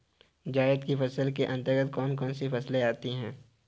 जायद की फसलों के अंतर्गत कौन कौन सी फसलें आती हैं?